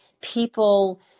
people